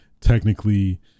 technically